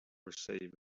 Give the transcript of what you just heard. receive